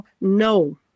no